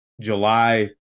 July